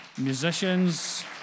musicians